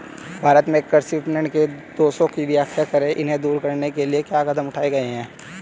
भारत में कृषि विपणन के दोषों की व्याख्या करें इन्हें दूर करने के लिए क्या कदम उठाए गए हैं?